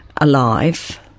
alive